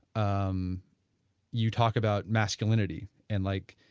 um you talked about masculinity and like,